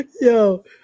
Yo